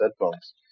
headphones